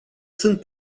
sunt